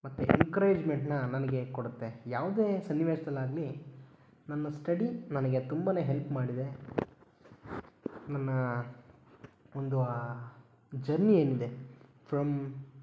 ಮತ್ತು ಎನ್ಕ್ರೇಜ್ಮೆಂಟನ್ನ ನನಗೆ ಕೊಡುತ್ತೆ ಯಾವುದೇ ಸನ್ನಿವೇಶದಲ್ಲಾಗ್ಲಿ ನನ್ನ ಸ್ಟಡಿ ನನಗೆ ತುಂಬ ಹೆಲ್ಪ್ ಮಾಡಿದೆ ನನ್ನ ಒಂದು ಆ ಜರ್ನಿ ಏನಿದೆ ಫ್ರಮ್